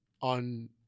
on